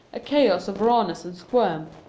a chaos of rawness and squirm,